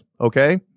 okay